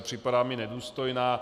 Připadá mi nedůstojná.